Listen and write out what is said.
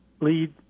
lead